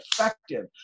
effective